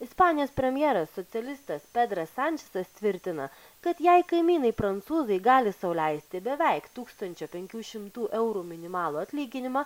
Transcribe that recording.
ispanijos premjeras socialistas pedras sančesas tvirtina kad jei kaimynai prancūzai gali sau leisti beveik tūkstančio penkių šimtų eurų minimalų atlyginimą